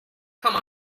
come